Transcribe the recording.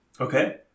Okay